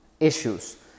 Issues